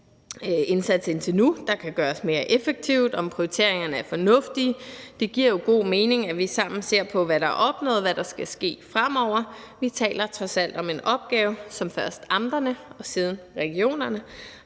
været indtil nu, der kan gøres mere effektivt, om prioriteringerne er fornuftige. Det giver jo god mening, at vi sammen ser på, hvad der er opnået, og hvad der skal ske fremover. Vi taler trods alt om en opgave, som først amterne og siden regionerne